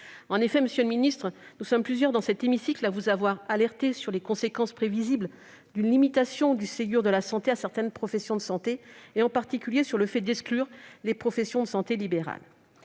En effet, monsieur le ministre, nous sommes plusieurs dans cet hémicycle à vous avoir alerté sur les conséquences prévisibles d'une limitation du Ségur de la santé à certaines professions de santé et, en particulier, sur le fait d'exclure les professions de santé libérales.